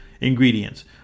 Ingredients